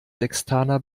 sextaner